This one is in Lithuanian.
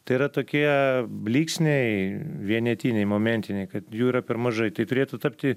tai yra tokie blyksniai vienetiniai momentiniai kad jų yra per mažai tai turėtų tapti